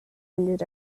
ended